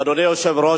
אדוני היושב-ראש,